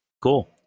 cool